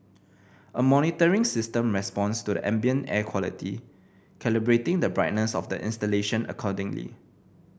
a monitoring system responds to the ambient air quality calibrating the brightness of the installation accordingly